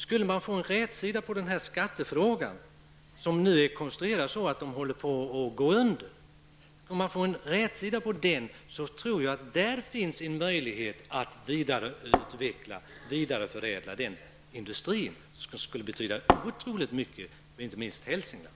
Skulle man få rätsida på denna skattefråga -- som nu håller på att leda till att företaget går under -- tror jag att det där finns en möjlighet att vidareutveckla, vidareförädla, denna industri, vilket skulle betyda otroligt mycket för inte minst Hälsingland.